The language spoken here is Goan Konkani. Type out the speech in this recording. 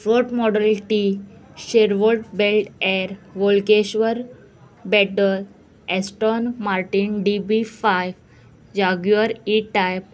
Ford model T Chevrolet Bel Air Volkswagen Beetle Aston Martin D B five Jaguar E type